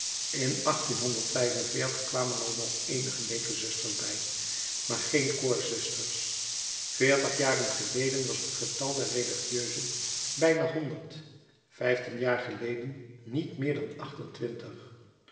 in kwamen er nog eenige leekezusters bij maar geen koorzusters veertig jaren geleden was het getal der religieusen bijna honderd vijftien jaar geleden niet meer dan achtentwintig